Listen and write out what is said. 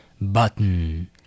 Button